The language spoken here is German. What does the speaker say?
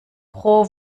pro